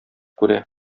күрә